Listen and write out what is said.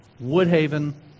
Woodhaven